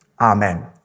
Amen